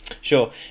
Sure